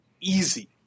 easy